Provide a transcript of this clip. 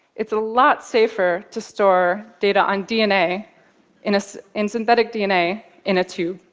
it's a lot safer to store data on dna in so in synthetic dna in a tube.